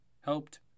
helped